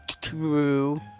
True